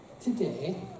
today